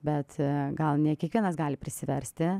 bet gal ne kiekvienas gali prisiversti